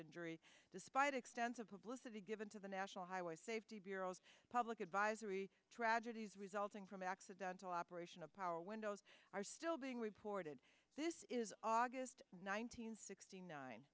of despite extensive publicity given to the national highway safety bureau public advisory tragedies resulting from accidental operation of windows are still being reported this is august nineteenth sixty nine